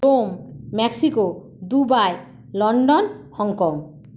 Rome Mexico Dubai London Hong Kong